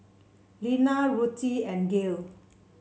Lenna Ruthie and Gael